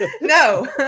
No